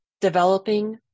developing